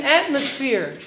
atmosphere